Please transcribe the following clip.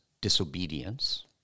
disobedience